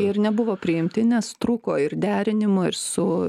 ir nebuvo priimti nes trūko ir derinimo ir su